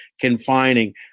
confining